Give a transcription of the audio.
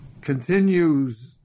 continues